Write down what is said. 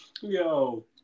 Yo